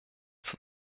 zur